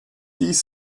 dies